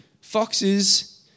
foxes